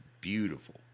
beautiful